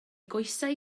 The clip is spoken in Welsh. goesau